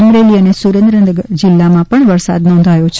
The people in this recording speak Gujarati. અમરેલી અને સુરેન્દ્રનગર જિલ્લામાં પણ વરસાદ વરસ્યો હતો